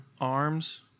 Arms